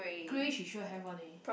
grey she sure have one eh